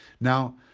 Now